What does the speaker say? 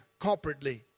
corporately